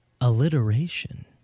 alliteration